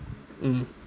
mm